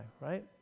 right